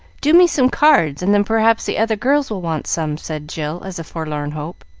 do me some cards, and then, perhaps, the other girls will want some, said jill, as a forlorn hope.